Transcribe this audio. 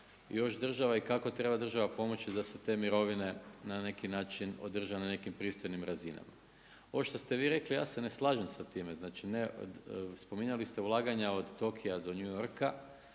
još država i kako treba država pomoći da se te mirovine na neki način održaju na nekim pristojnim razinama. Ovo što ste vi rekli, ja se ne slažem s time, znači spominjali ste ulaganja od Tokija do New Yorka,